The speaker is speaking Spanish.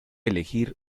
elegir